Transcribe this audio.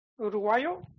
Uruguayo